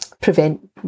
prevent